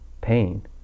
pain